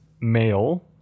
male